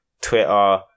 Twitter